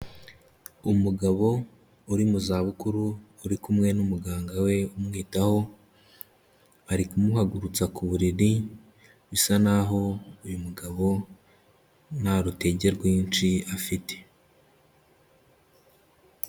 Umugabo uri mu za bukuru uri kumwe n'umuganga we umwitaho, ari kumuhagurutsa ku buriri, bisa naho uyu mugabo nta rutege rwinshi afite.